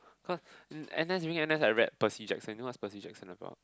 cause N_S during N_S I read Percy-Jackson you know what's Percy-Jackson about